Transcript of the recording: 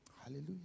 Hallelujah